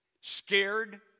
scared